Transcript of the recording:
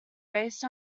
based